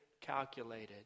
calculated